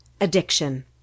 addiction